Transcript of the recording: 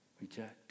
reject